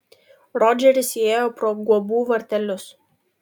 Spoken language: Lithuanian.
rodžeris įėjo pro guobų vartelius